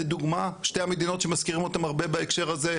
לדוגמה שתי המדינות שמזכירים אותם הרבה בהקשר הזה,